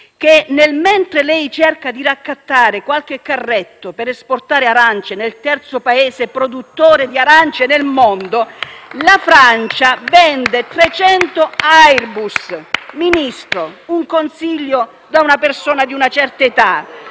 che mentre lei cerca di raccattare qualche carretto per esportare arance nel terzo Paese produttore di arance nel mondo*,* la Francia vende 300 Airbus. *(Applausi dal Gruppo PD).* Ministro, un consiglio da una persona di una certa età.